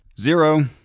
Zero